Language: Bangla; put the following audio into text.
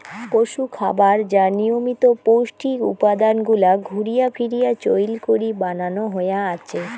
পশুখাবার যা নিয়মিত পৌষ্টিক উপাদান গুলাক ঘুরিয়া ফিরিয়া চইল করি বানান হয়া আছে